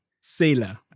Sailor